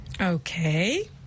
okay